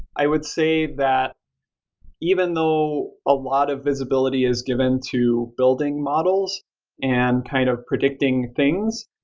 i would say that even though a lot of visibility is given to building models and kind of predicting things,